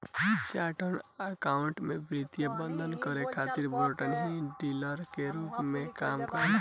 chartered accountant में वित्तीय प्रबंधन करे खातिर ब्रोकर ही डीलर के रूप में काम करेलन